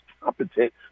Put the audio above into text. competent